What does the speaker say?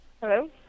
Hello